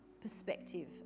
perspective